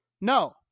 No